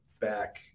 back